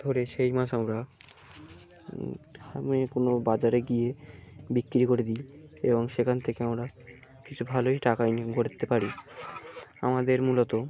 ধরে সেই মাছ আমরা আমি কোনো বাজারে গিয়ে বিক্রি করে দিই এবং সেখান থেকে আমরা কিছু ভালোই টাকা ইনকাম করে দিতে পারি আমাদের মূলত